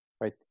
right